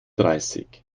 dreißig